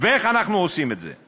ואיך אנחנו עושים את זה?